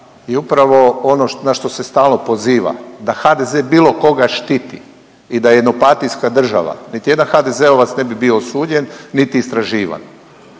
i upravo ono na što se stalno poziva da HDZ bilo koga štiti i da je jednopartijska država, niti jedan HDZ-ovac ne bi bio osuđen niti istraživan.